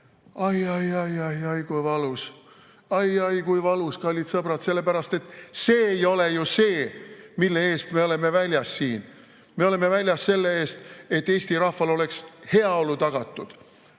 Ai-ai, kui valus, kallid sõbrad! Sellepärast et see ei ole ju see, mille eest me oleme väljas siin. Me oleme väljas siin selle eest, et Eesti rahval oleks heaolu tagatud,